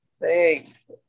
Thanks